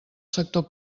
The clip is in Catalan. sector